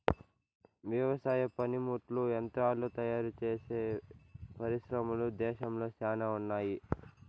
వ్యవసాయ పనిముట్లు యంత్రాలు తయారుచేసే పరిశ్రమలు దేశంలో శ్యానా ఉన్నాయి